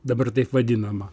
dabar taip vadinama